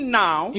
now